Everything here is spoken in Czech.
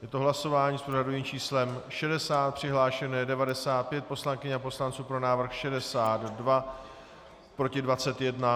Je to hlasování s pořadovým číslem 60, přihlášeno je 95 poslankyň a poslanců, pro návrh 62, proti 21.